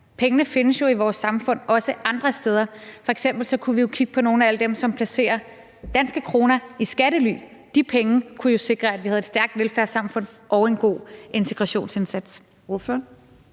Pengene findes jo i vores samfund, også andre steder, f.eks. kunne vi kigge på nogle af alle dem, som placerer danske kroner i skattely, og så kunne de penge jo sikre, at vi havde et stærkt velfærdssamfund og en god integrationsindsats.